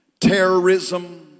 terrorism